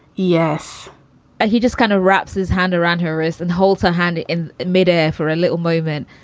yes and he just kind of wraps his hand around her wrist and hold her hand in midair for a little moment.